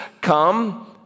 come